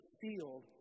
field